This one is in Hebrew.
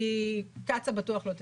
כי קצא"א בטוח לא תשלם.